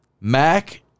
Mac